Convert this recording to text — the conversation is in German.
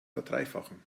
verdreifachen